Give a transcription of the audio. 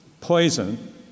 poison